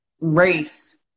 race